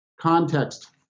context